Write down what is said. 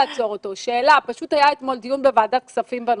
היה אתמול דיון בוועדת כספים בנושא.